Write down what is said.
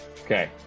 Okay